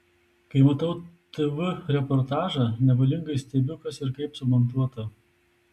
kai matau tv reportažą nevalingai stebiu kas ir kaip sumontuota